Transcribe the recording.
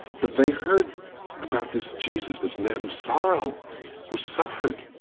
but they heard about this jesus, this man of sorrow who suffered,